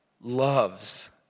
loves